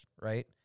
right